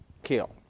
kill